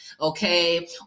Okay